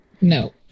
no